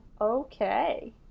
Okay